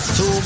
Two